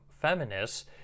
feminists